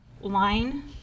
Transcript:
line